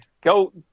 Go